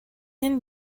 lignes